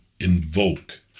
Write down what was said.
invoke